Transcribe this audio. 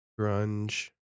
grunge